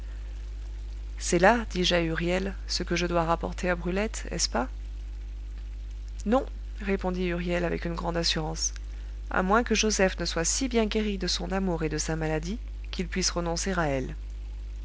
c'est là dis-je à huriel ce que je dois rapporter à brulette est-ce pas non répondit huriel avec une grande assurance à moins que joseph ne soit si bien guéri de son amour et de sa maladie qu'il puisse renoncer à elle